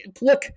look